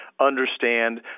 understand